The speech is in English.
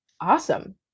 Awesome